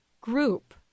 group